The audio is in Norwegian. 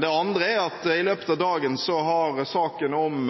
Det andre er at i løpet av dagen har saken om